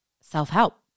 self-help